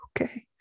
Okay